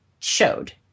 Showed